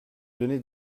donner